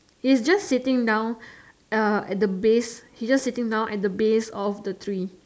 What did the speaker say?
is just sitting down uh at the base he's just sitting down at the base of the trees